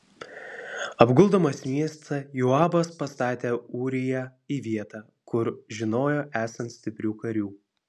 apguldamas miestą joabas pastatė ūriją į vietą kur žinojo esant stiprių karių